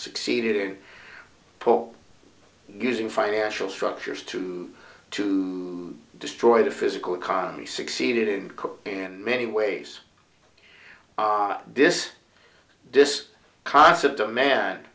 succeeded in paul using financial structures to to destroy the physical economy succeeded in in many ways this this concept amand